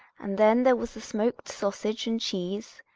and then there was the smoked sausage and cheese.